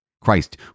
Christ